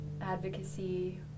advocacy